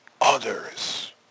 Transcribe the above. others